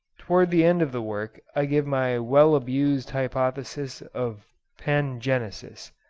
towards the end of the work i give my well-abused hypothesis of pangenesis.